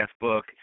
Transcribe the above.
book